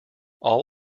all